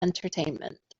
entertainment